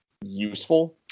useful